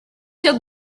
cyo